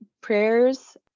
prayers